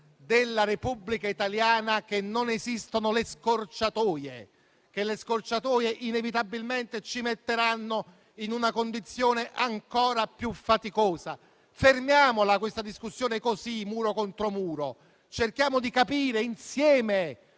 della Repubblica italiana, che non esistono le scorciatoie; che le scorciatoie inevitabilmente ci metteranno in una condizione ancora più faticosa. Fermiamo questa discussione muro contro muro e cerchiamo di capire insieme